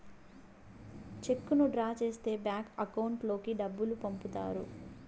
చెక్కును డ్రా చేస్తే bank account లోకి డబ్బులు పంపుతారు